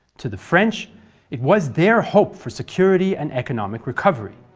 to the french it was their hope for security and economic recovery.